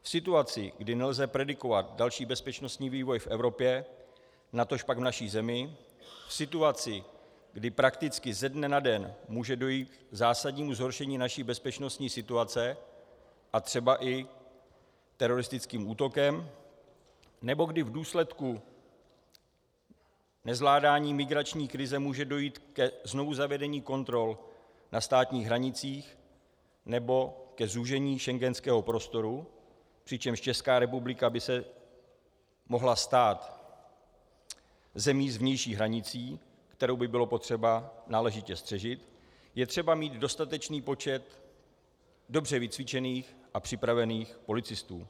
V situaci, kdy nelze predikovat další bezpečnostní vývoj v Evropě, natožpak v naší zemi, v situaci, kdy prakticky ze dne na den může dojít k zásadnímu zhoršení naší bezpečnostní situace a třeba i teroristickým útokům nebo kdy v důsledku nezvládání migrační krize může dojít ke znovuzavedení kontrol na státních hranicích nebo ke zúžení schengenského prostoru, přičemž Česká republika by se mohla stát zemí s vnější hranicí, kterou by bylo potřeba náležitě střežit, je třeba mít dostatečný počet dobře vycvičených a připravených policistů.